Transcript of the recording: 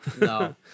No